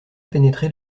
pénétrer